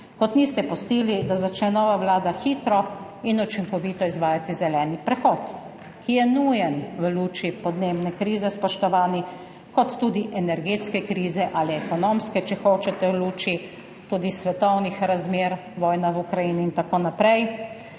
ter niste pustili, da začne nova vlada hitro in učinkovito izvajati zeleni prehod, ki je nujen v luči podnebne krize, spoštovani, in tudi energetske krize ali ekonomske, če hočete, v luči tudi svetovnih razmer, vojna v Ukrajini in tako naprej.